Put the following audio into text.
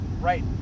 right